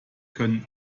können